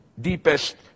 deepest